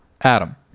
Adam